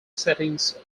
settings